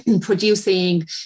producing